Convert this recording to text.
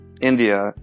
India